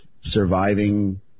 surviving